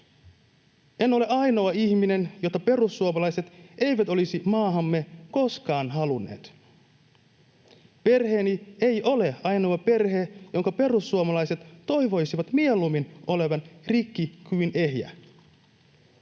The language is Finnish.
En ole ainoa ihminen, jota perussuomalaiset eivät olisi maahamme koskaan halunneet. Perheeni ei ole ainoa perhe, jonka perussuomalaiset toivoisivat mieluummin olevan rikki kuin ehjä.